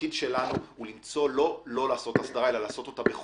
התפקיד שלנו הוא לעשות את ההסדרה בחוכמה.